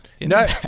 No